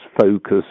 focus